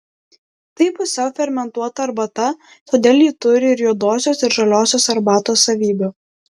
tai pusiau fermentuota arbata todėl ji turi ir juodosios ir žaliosios arbatos savybių